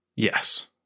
Yes